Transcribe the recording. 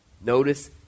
Notice